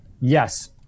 yes